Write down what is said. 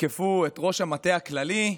יתקפו את ראש המטה הכללי.